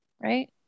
right